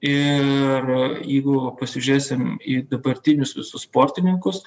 ir jeigu pasižiūrėsim į dabartinius visus sportininkus